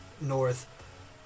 North